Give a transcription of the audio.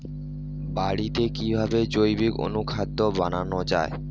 বাড়িতে কিভাবে জৈবিক অনুখাদ্য বানানো যায়?